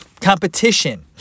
competition